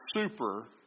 super